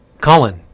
colin